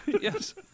Yes